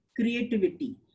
creativity